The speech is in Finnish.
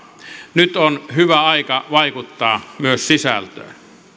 nyt on hyvä aika vaikuttaa myös sisältöön